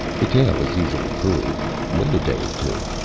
the tale is easily proved. wait a day or two.